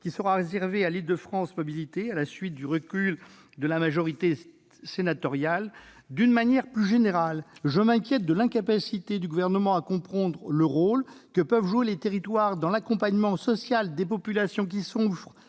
qui sera réservé à Île-de-France Mobilités, à la suite du recul de la majorité sénatoriale. D'une manière plus générale, je m'inquiète de l'incapacité du Gouvernement à comprendre le rôle que peuvent jouer les territoires dans l'accompagnement social des populations qui souffrent